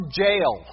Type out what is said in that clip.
jail